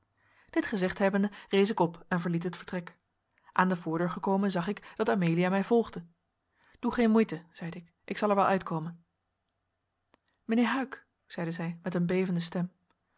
dit gezegd hebbende rees ik op en verliet het vertrek aan de voordeur gekomen zag ik dat amelia mij volgde doe geen moeite zeide ik ik zal er wel uitkomen mijnheer huyck zeide zij met een bevende stem